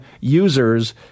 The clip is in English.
users